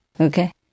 Okay